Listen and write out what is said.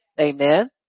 Amen